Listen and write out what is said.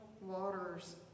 waters